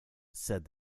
said